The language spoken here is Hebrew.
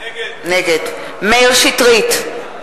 נגד מאיר שטרית,